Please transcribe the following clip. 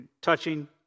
Touching